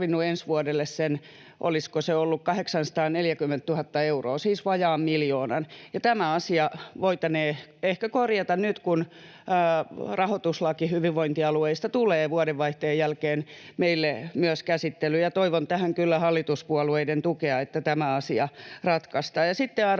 olisiko se ollut, 840 000 euroa, siis vajaan miljoonan, ja tämä asia voitaneen ehkä korjata nyt, kun rahoituslaki hyvinvointialueille tulee vuodenvaihteen jälkeen meille myös käsittelyyn. Toivon tähän kyllä hallituspuolueiden tukea, että tämä asia ratkaistaan.